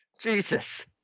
Jesus